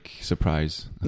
surprise